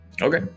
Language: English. Okay